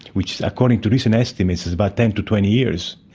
which according to recent estimates is about ten to twenty years.